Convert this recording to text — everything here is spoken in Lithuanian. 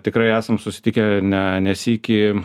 tikrai esam susitikę ne ne sykį